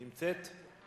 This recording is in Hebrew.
נמצאת?